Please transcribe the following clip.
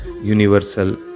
universal